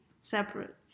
separate